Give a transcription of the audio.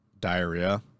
diarrhea